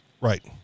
Right